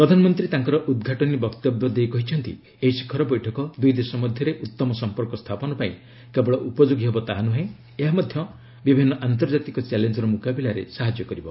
ପ୍ରଧାନମନ୍ତ୍ରୀ ତାଙ୍କର ଉଦ୍ଘାଟନୀ ବକ୍ତବ୍ୟ ଦେଇ କହିଛନ୍ତି ଏହି ଶିଖର ବୈଠକ ଦୁଇ ଦେଶ ମଧ୍ୟରେ ଉଉମ ସମ୍ପର୍କ ସ୍ଥାପନ ପାଇଁ କେବଳ ଉପଯୋଗୀ ହେବ ତାହା ନୁହେଁ ଏହା ମଧ୍ୟ ବିଭିନ୍ନ ଆନ୍ତର୍ଜାତିକ ଚ୍ୟାଲେଞ୍ଜର ମୁକାବିଲାରେ ସାହାଯ୍ୟ କରିବ